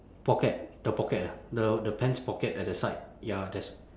pocket the pocket ah the the pants pocket at the side ya there's